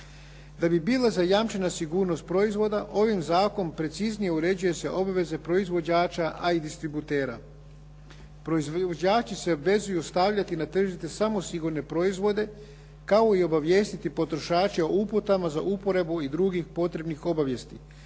Da bi bila zajamčena sigurnost proizvoda ovim zakonom preciznije uređuju se obveze proizvođača, a i distributera. Proizvođači se obvezuju stavljati na tržište samo sigurne proizvode kao i obavijestiti potrošače o uputama za uporabu i drugih potrebnih obavijesti